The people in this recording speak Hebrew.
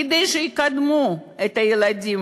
כדי שיקדמו את הילדים,